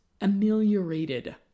ameliorated